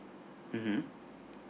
mmhmm